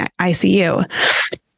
ICU